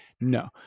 No